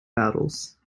battles